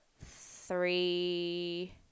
three